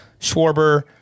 Schwarber